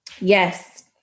Yes